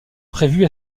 prévus